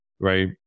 right